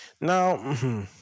Now